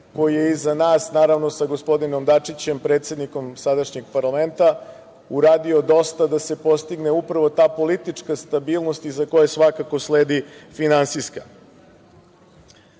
koji je iza nas, naravno sa gospodinom Dačićem, predsednikom sadašnjeg parlamenta, uradio dosta da se postigne upravo ta politička stabilnost iza koje svakako sledi finansijska. Ova